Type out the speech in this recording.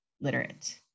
literate